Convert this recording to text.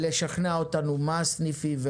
יצטרכו לשכנע אותנו מה הסניפים,